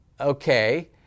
okay